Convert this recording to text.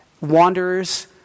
Wanderers